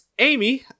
Amy